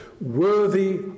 worthy